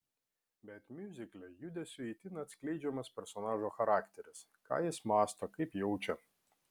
bet miuzikle judesiu itin atskleidžiamas personažo charakteris ką jis mąsto kaip jaučia